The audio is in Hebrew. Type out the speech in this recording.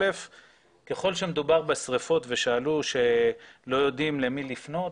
ככל שמדובר בשריפות ושאלו שלא יודעים למי לפנות,